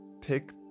pick